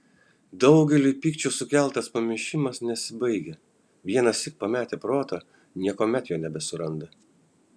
daugeliui pykčio sukeltas pamišimas nesibaigia vienąsyk pametę protą niekuomet jo nebesuranda